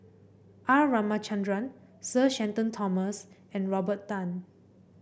R Ramachandran Sir Shenton Thomas and Robert Tan